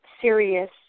serious